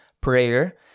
prayer